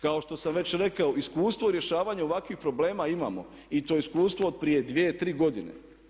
Kao što sam već rekao iskustvo u rješavanju ovakvih problema imamo i to iskustvo od prije 2, 3 godine.